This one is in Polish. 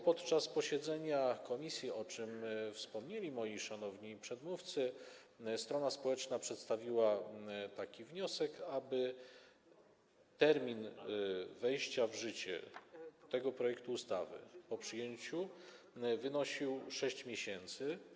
Podczas posiedzenia komisji, o czym wspomnieli moi szanowni przedmówcy, strona społeczna przedstawiła wniosek, aby termin wejścia w życie tego projektu ustawy po jego uprzednim przyjęciu wynosił 6 miesięcy.